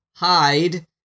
hide